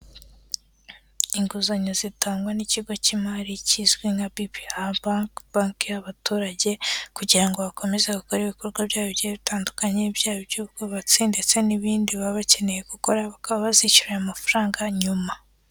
Inguzanyo zitangwa n'ikigo cy'imari kizwi nka BPR banki, banki y'abaturage kugira ngo bakomeze gukora ibikorwa byabo bigiye bitandukanye, byaba iby'ubwubatsi ndetse n'ibindi baba bakeneye gukora, bakaba bazishyura ayo mafaranga nyuma.